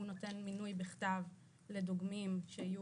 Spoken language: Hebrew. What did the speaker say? הוא נותן מינוי בכתב לדוגמים שיהיו